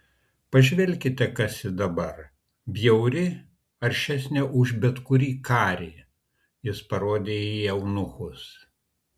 pažvelkite kas ji dabar bjauri aršesnė už bet kurį karį jis parodė į eunuchus